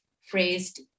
phrased